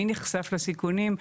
מי נחשף לסיכונים,